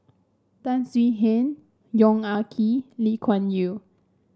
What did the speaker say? Tan Swie Hian Yong Ah Kee Lee Kuan Yew